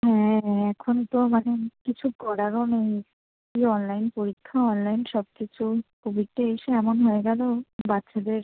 হ্যাঁ এখন তো মানে কিছু করারও নেই কী অনলাইন পরীক্ষা অনলাইন সব কিছু কোভিডটা এসে এমন হয়ে গেলো বাচ্চাদের